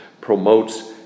promotes